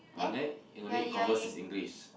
ah only converse is English